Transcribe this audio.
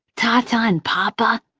tata and poppa.